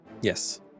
Yes